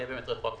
אם זה יהיה בתוקף.